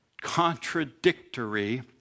contradictory